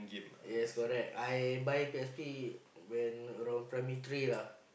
yes correct I buy P_S_P when around primary three lah